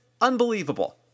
Unbelievable